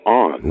on